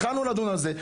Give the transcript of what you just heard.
התחלנו לדון בזה,